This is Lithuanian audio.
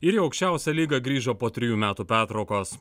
ir į aukščiausią lygą grįžo po trijų metų pertraukos